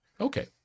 Okay